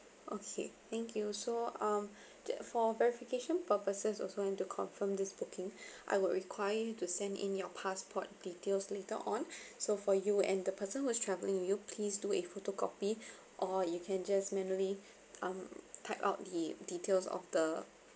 okay thank you so um ju~ for verification purposes also we want to confirm this booking I would require you to send in your passport details later on so for you and the person who is travelling with you please do a photocopy or you can just manually um type out the details of the